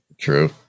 True